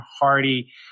Hardy